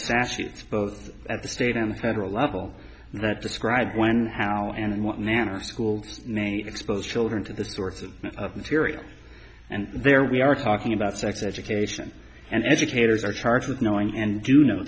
statutes both at the state and federal level that describe when and how and in what manner a school may expose children to the sorts of material and there we are talking about sex education and educators are charged with knowing and you know